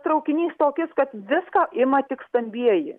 traukinys tokis kad viską ima tik stambieji